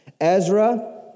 Ezra